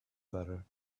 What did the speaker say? better